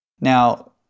Now